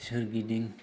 सोरगिदिं